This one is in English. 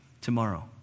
tomorrow